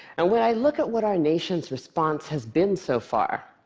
and when i look at what our nation's response has been so far,